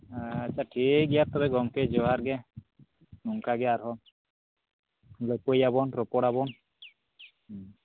ᱦᱮᱸ ᱟᱪᱪᱷᱟ ᱴᱷᱤᱠᱜᱮᱭᱟ ᱛᱚᱵᱮ ᱜᱚᱢᱠᱮ ᱡᱚᱦᱟᱨ ᱜᱮ ᱚᱱᱠᱟ ᱜᱮ ᱟᱨᱦᱚᱸ ᱧᱮᱯᱮᱞᱟᱵᱚᱱ ᱨᱚᱯᱚᱲᱟᱵᱚᱱ